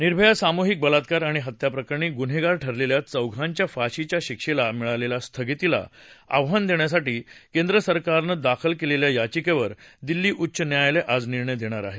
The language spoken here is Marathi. निर्भया सामूहिक बलात्कार आणि हत्याप्रकरणी गुन्हेगार ठरलेल्या चौघांच्या फाशीच्या शिक्षेला मिळालेल्या स्थगितीला आव्हान देण्यासाठी केंद्र सरकारनं दाखल केलेल्या याचिकेवर दिल्ली उच्च न्यायालय आज निर्णय देणार आहे